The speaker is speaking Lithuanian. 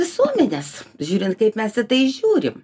visuomenės žiūrint kaip mes į tai žiūrim